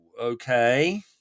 okay